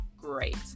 great